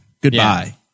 Goodbye